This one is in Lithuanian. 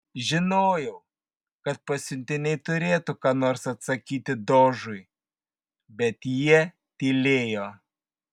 žinojau kad pasiuntiniai turėtų ką nors atsakyti dožui bet jie tylėjo